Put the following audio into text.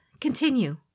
continue